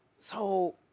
so,